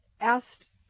asked